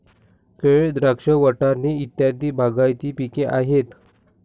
केळ, द्राक्ष, वाटाणे इत्यादी बागायती पिके आहेत